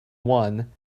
one